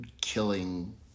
killing